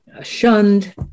shunned